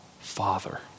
Father